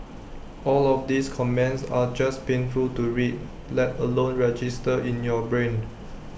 all of these comments are just painful to read let alone register in your brain